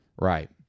Right